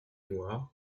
noires